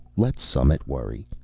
let summit worry.